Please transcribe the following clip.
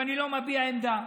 ואני לא מביע עמדה,